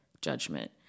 judgment